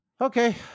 Okay